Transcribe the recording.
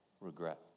regret